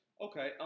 Okay